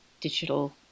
digital